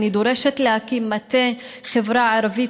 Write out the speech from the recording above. אני דורשת להקים מטה חברה ערבית